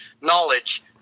knowledge